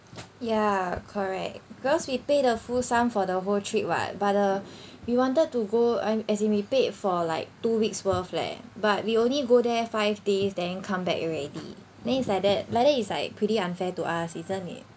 ya correct because we pay the full sum for the whole trip [what] but the we wanted to go and~ as in we paid for like two weeks worth leh but we only go there five days then come back already then it's like that like that it's like pretty unfair to us isn't it